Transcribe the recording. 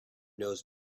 knows